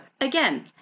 again